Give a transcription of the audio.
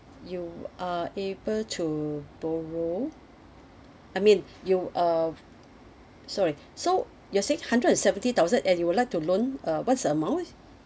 you are able to borrow I mean you uh sorry so you're saying hundred and seventy thousand and you would like to loan uh what's the amount